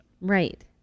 Right